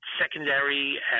secondary –